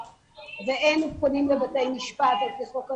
והן צווים בבתי משפט על פי חוק הנוער,